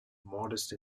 modest